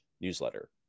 newsletter